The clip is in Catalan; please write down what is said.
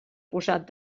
posat